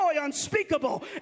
unspeakable